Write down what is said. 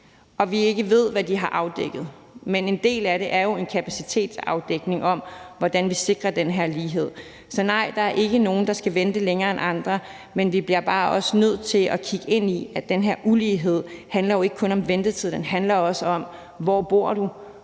vi ved ikke, hvad de har afdækket. Men en del af det er jo en kapacitetsafdækning, med hensyn til hvordan vi sikrer den her lighed. Så nej, der er ikke nogen, der skal vente længere end andre, men vi bliver bare også nødt til at kigge ind i, at den her ulighed jo ikke kun handler om ventetid, men også om, hvor du